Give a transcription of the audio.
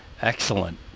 Excellent